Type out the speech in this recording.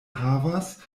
havas